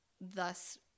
thus